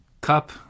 cup